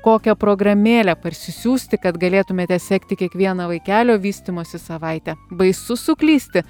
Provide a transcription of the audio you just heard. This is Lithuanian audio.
kokią programėlę parsisiųsti kad galėtumėte sekti kiekvieną vaikelio vystymosi savaitę baisu suklysti